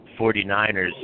49ers